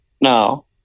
No